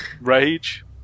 Rage